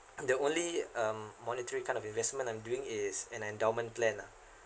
the only um monetary kind of investment I'm doing is an endowment plan lah